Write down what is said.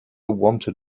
wanted